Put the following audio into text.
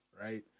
right